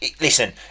Listen